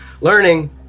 learning